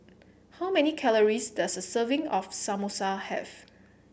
how many calories does a serving of Samosa have